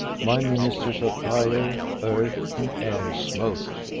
my ministers of fire, earth and air smote,